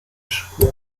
spur